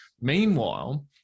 Meanwhile